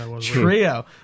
trio